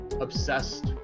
obsessed